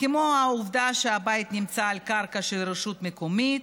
כמו העובדה שהבית נמצא על קרקע של רשות מקומית